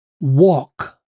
walk